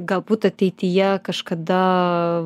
galbūt ateityje kažkada